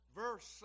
verse